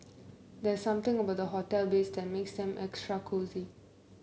there's something about hotel beds that makes them extra cosy